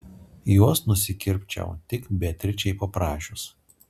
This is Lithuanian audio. juos nusikirpčiau tik beatričei paprašius